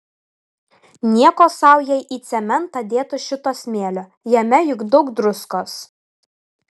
nieko sau jei į cementą dėtų šito smėlio jame juk daug druskos